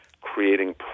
creating